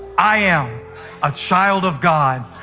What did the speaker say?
i am a child of god.